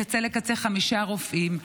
מקצה לקצה אלה חמישה רופאים,